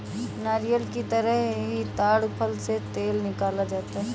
नारियल की तरह ही ताङ फल से तेल निकाला जाता है